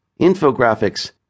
infographics